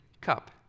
cup